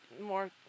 more